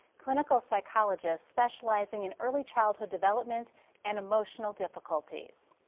clinical psychologist specializing in early childhood development and emotional difficulties.